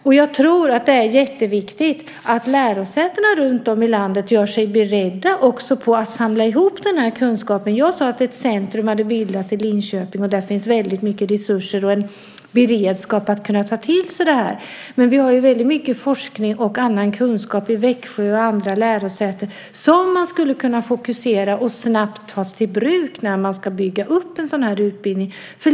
Det är också jätteviktigt att lärosätena runtom i landet gör sig beredda att samla ihop denna kunskap. Som jag sade har ett centrum bildats i Linköping, och där finns väldigt mycket resurser och en beredskap att ta till sig detta. Vi har dock väldigt mycket forskning och annan kunskap också i Växjö och vid andra lärosäten som man skulle kunna fokusera och snabbt ta i bruk när man ska bygga upp en sådan här utbildning.